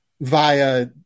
via